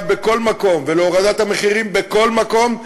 בכל מקום ולהורדת המחירים בכל מקום,